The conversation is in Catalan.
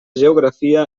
geografia